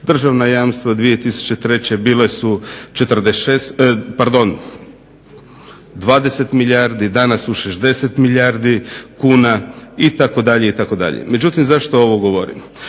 državna jamstava 2003.bile su 20 milijardi, danas su 60 milijardi kuna itd. Međutim, zašto ovo govorim?